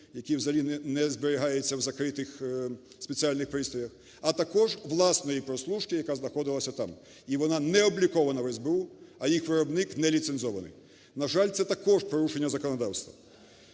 які взагалі не зберігаються в закритих спеціальних пристроях. А також власної прослушки, яка знаходилася там, і вона необлікована в СБУ, а їх виробник не ліцензований. На жаль, це також порушення законодавства.